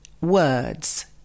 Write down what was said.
words